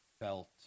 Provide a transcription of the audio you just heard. felt